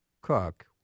Cook